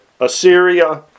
Assyria